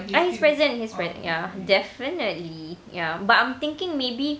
ya he's present he's pre~ rent ya definitely ya but I'm thinking maybe